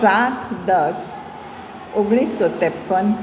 સાત દસ ઓગણીસો તેપન